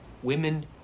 Women